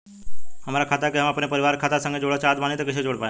हमार खाता के हम अपना परिवार के खाता संगे जोड़े चाहत बानी त कईसे जोड़ पाएम?